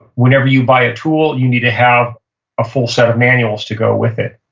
whenever you buy a tool, you need to have a full set of manuals to go with it,